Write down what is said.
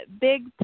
Big